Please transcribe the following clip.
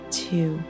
two